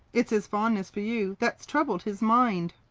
it's his fondness for you that's troubled his mind.